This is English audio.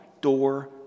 door